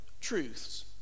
truths